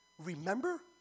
Remember